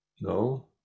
No